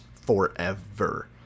forever